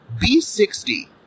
B60